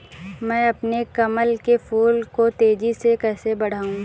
मैं अपने कमल के फूल को तेजी से कैसे बढाऊं?